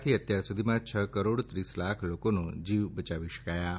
થી અત્યાર સુધીમાં છ કરોડ ત્રીસ લાખ લોકોનો જીવ બચાવી શકાયા છે